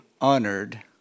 honored